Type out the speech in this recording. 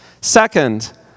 Second